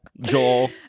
Joel